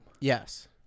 Yes